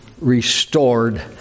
restored